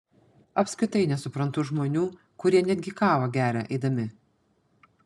apskritai nesuprantu žmonių kurie netgi kavą geria eidami